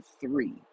three